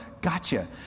gotcha